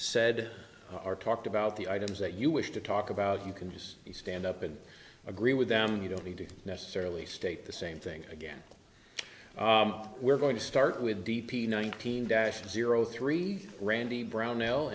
said or talked about the items that you wish to talk about you can just stand up and agree with them you don't need to necessarily state the same thing again we're going to start with d p nineteen dash zero three randy brown